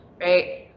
right